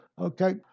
okay